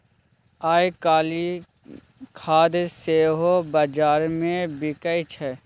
आयकाल्हि खाद सेहो बजारमे बिकय छै